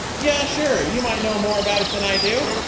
yeah sure, you might know more about it than i do,